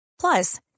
Plus